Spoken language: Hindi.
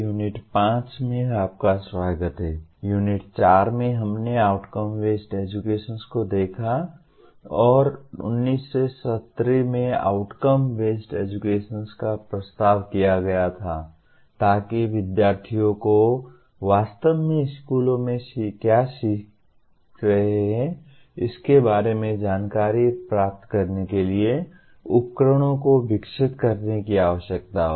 यूनिट 4 में हमने आउटकम बेस्ड एजुकेशन को देखा और 1970 में आउटकम बेस्ड एजुकेशन का प्रस्ताव किया गया था ताकि विद्यार्थियों को वास्तव में स्कूलों में क्या सीख रहे हैं इसके बारे में जानकारी प्राप्त करने के लिए उपकरणों को विकसित करने की आवश्यकता हो